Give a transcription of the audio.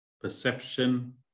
perception